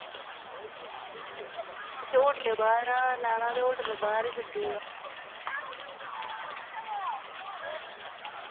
अच्छा होटलै दे बाह्र लैना ते होटल बाह्र छड्डी ओड़ना